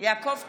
יעקב טסלר,